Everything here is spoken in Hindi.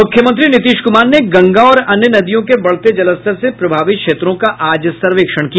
मूख्यमंत्री नीतीश कुमार ने गंगा और अन्य नदियों के बढ़ते जलस्तर से प्रभावित क्षेत्रों का आज सर्वेक्षण किया